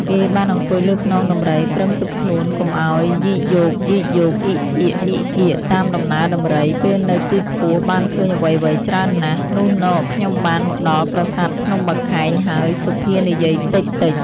គេបានអង្គុយលើខ្នងដំរីប្រឹងទប់ខ្លួនកុំឱ្យយីកយោកៗ អ៊ីកអ៊ាកៗតាមដំណើរ ដំរី ពេលនៅទីខ្ពស់បានឃើញអ្វីៗច្រើនណាស់ នុះន ខ្ញុំបាន មកដល់ប្រាសាទភ្នំបាខែងហើយសុភានិយាយតិចៗ ។